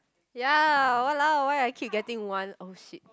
ya !walao! why I keep getting one !oh shit!